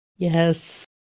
Yes